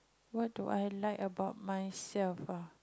what do I like about myself ah